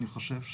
אני חושב,